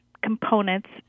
components